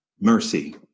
mercy